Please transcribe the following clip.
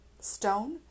stone